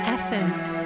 Essence